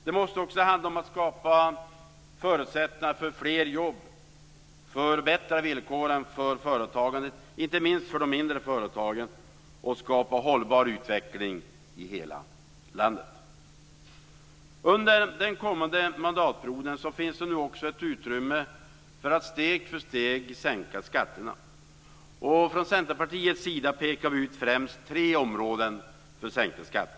Det måste också handla om att skapa förutsättningar för fler jobb, förbättra villkoren för företagandet - inte minst för de mindre företagen - och skapa hållbar utveckling i hela landet. Under den kommande mandatperioden finns nu också ett utrymme för att steg för steg sänka skatterna. Från Centerpartiets sida pekar vi ut främst tre områden för sänkta skatter.